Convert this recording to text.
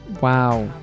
Wow